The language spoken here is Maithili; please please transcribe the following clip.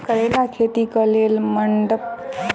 करेला खेती कऽ लेल मंडप केना बनैबे?